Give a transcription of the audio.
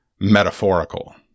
metaphorical